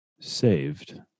saved